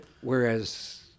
whereas